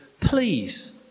Please